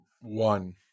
one